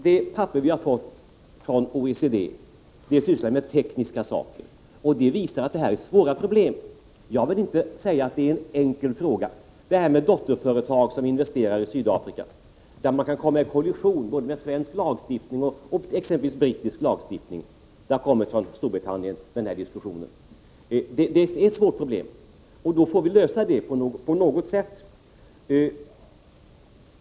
Det papper vi fått från OECD behandlar tekniska saker. Det visar att det är svåra problem. Jag vill inte påstå att detta med dotterföretag som investerar i Sydafrika är en enkel fråga. Det kan komma i kollision med både svensk lagstiftning och exempelvis brittisk lagstiftning. Den diskussionen har kommit från Storbritannien. Det är ett svårt problem, som vi får lösa på något sätt.